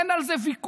אין על זה ויכוח.